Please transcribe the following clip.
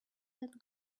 that